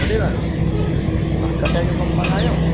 हुजेव हा कटाई जो कमु कंदा आहियूं